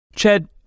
Chad